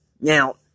Now